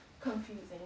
confusing